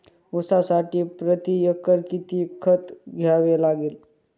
ऊसासाठी प्रतिएकर किती खत द्यावे लागेल?